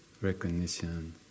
recognition